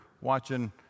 watching